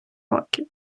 років